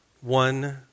One